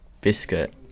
Biscuit